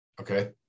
Okay